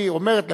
היא אומרת לך,